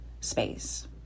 space